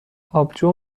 آبجو